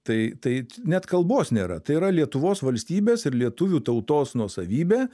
tai tai net kalbos nėra tai yra lietuvos valstybės ir lietuvių tautos nuosavybė